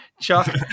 Chuck